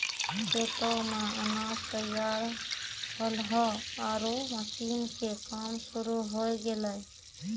खेतो मॅ अनाज तैयार होल्हों आरो मशीन के काम शुरू होय गेलै